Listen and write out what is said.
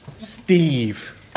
Steve